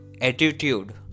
attitude